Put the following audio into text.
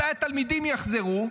מתי התלמידים יחזרו,